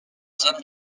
hommes